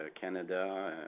Canada